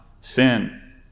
sin